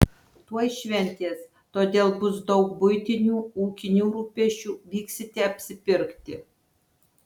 tuoj šventės todėl bus daug buitinių ūkinių rūpesčių vyksite apsipirkti